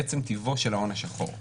ברור שאם המערכת המשפטית קבעה שאדם חייב,